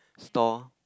store